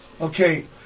Okay